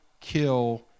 kill